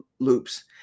loops